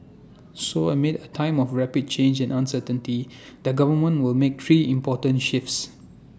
so amid A time of rapid change and uncertainty the government will make three important shifts